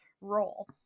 role